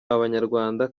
abanyarwanda